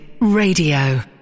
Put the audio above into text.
Radio